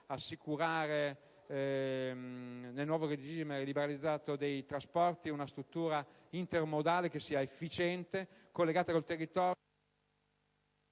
assicurare, nel nuovo regime liberalizzato dei trasporti, una struttura intermodale che sia efficiente e collegata con il territorio.